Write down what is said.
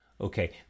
Okay